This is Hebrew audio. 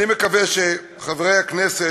אני מקווה שחברי הכנסת,